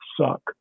suck